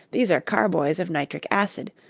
these are carboys of nitric acid,